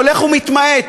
הולך ומתמעט.